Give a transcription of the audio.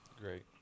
Great